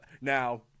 Now